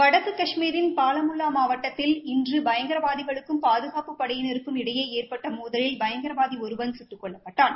வடக்கு கஷ்மீரின் பாலமுல்லா மாவட்டத்தில் இன்று பயங்கரவாதிகளுக்கும் பாதுகாப்புப் படையினருக்கும் இடையே ஏற்பட்ட மோதலில் பயங்கரவாதி ஒருவன் கொல்லப்பட்டான்